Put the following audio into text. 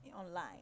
online